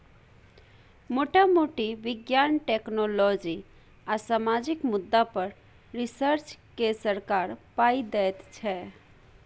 मोटा मोटी बिज्ञान, टेक्नोलॉजी आ सामाजिक मुद्दा पर रिसर्च केँ सरकार पाइ दैत छै